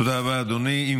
תודה רבה, אדוני.